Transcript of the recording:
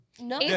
No